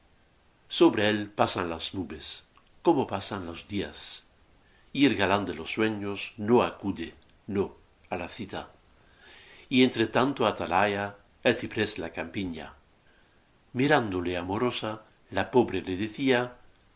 sobre él pasan las nubes como pasan los días y el galán de los sueños no acude no á la cita y entre tanto atalaya el ciprés la campiña mirándole amorosa la pobre le decía